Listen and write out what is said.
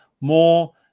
more